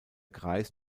kreis